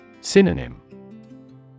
Synonym